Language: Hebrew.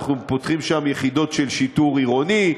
אנחנו פותחים שם יחידות של שיטור עירוני,